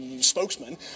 spokesman